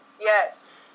Yes